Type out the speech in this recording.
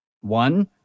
One